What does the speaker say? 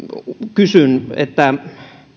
kysyn